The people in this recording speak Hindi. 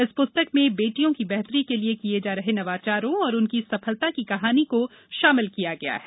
इस पुस्तक में बेटियों की बेहतरी के लिए किये जा रहे नवाचारों और उनकी सफलता की कहानी को शामिल किया गया है